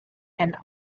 and